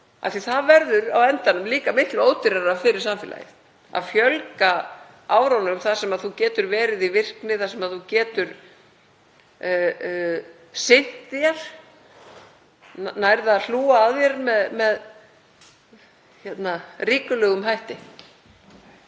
Það verður á endanum miklu ódýrara fyrir samfélagið að fjölga árunum þar sem þú getur verið í virkni, þar sem þú getur sinnt þér og náð að hlúa að þér með ríkulegum hætti.